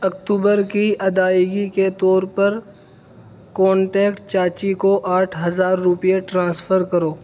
اکتوبر کی ادائیگی کے طور پر کونٹیکٹ چاچی کو آٹھ ہزار روپئے ٹرانسفر کرو